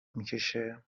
میکشه